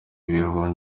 bihumyo